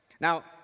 Now